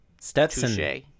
Stetson